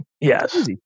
yes